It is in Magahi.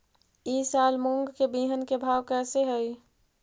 ई साल मूंग के बिहन के भाव कैसे हई?